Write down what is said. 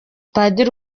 padiri